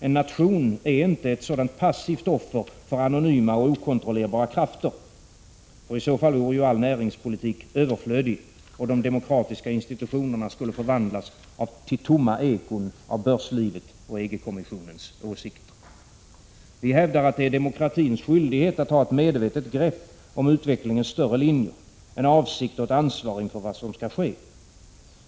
En nation är inte ett passivt offer för anonyma och okontrollerbara krafter — i så fall vore all näringspolitik överflödig, och de demokratiska institutionerna skulle förvandlas till tomma ekon av börslivet och EG-kommissionens åsikter. Vi hävdar att det är demokratins skyldighet att ha ett medvetet grepp om utvecklingens större linjer, en avsikt och ett ansvar inför vad som skall ske.